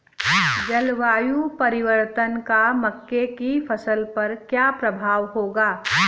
जलवायु परिवर्तन का मक्के की फसल पर क्या प्रभाव होगा?